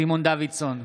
סימון דוידסון,